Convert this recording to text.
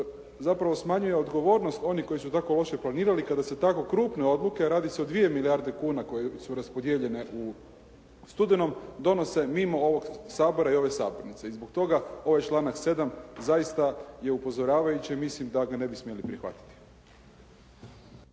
zapravo smanjuje odgovornost onih koji su tako loše planirali kada se tako krupne odluke, a radi se o 2 milijarde kune koje su raspodijeljene u studenom donose mimo ovog Sabora i ove sabornice. I zbog toga ovaj članak 7. zaista je upozoravajući i mislim da ga ne bi smjeli prihvatiti.